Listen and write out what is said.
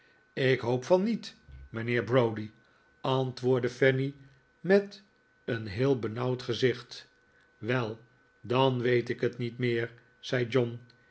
ik hoop van niet mijnheer browdie antwoordde fanny met een heel benauwd gezicht wel dan weet ik het niet meer zei john